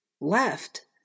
left